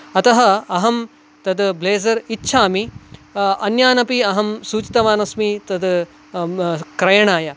अतः अहं तत् ब्लेझर् इच्छामि अन्यान् अपि अहं सूचितवान् अस्मि तत् क्रयणाय